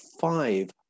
five